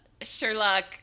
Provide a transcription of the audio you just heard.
Sherlock